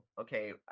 okay